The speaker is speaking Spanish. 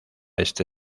este